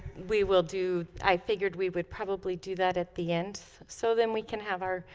we will do i figured we would probably do that at the end so then we can have our